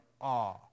awe